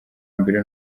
mbere